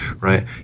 right